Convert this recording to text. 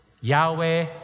Yahweh